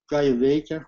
ką jie veikia